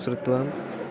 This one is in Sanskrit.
श्रुत्वा